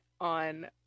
on